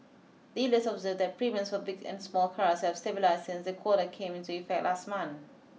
dealers observed that premiums for big and small cars have stabilised since the quota came into effect last month